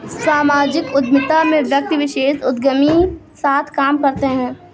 सामाजिक उद्यमिता में व्यक्ति विशेष उदयमी साथ काम करते हैं